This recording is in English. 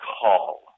call